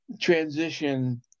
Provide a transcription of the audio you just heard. Transition